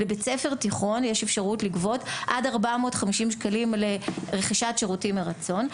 לבית ספר תיכון יש אפשרות לגבות עד 450 ₪ לרכישת שירותים מרצון.